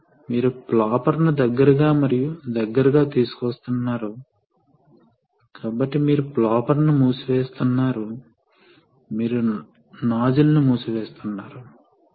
కాబట్టి రెట్రాక్షన్ మరియు కాప్ చివర నుండి అది నేరుగా వస్తుంది మరియు అది ట్యాంకుకు వెళ్తుంది